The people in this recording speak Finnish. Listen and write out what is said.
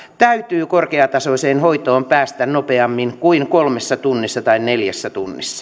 täytyy korkeatasoiseen hoitoon päästä nopeammin kuin kolmessa tai neljässä tunnissa jos tällainen hoito sitten